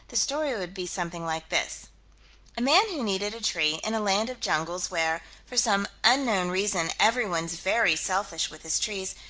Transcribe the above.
the story would be something like this a man who needed a tree, in a land of jungles, where, for some unknown reason, everyone's very selfish with his trees,